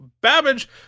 Babbage